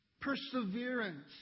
perseverance